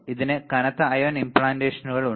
ഇതിന് കനത്ത അയോൺ ഇംപ്ലാന്റുകൾ ഉണ്ട്